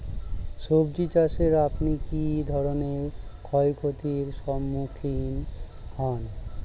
সবজী চাষে আপনি কী ধরনের ক্ষয়ক্ষতির সম্মুক্ষীণ হন?